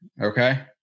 Okay